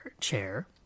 chair